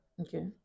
okay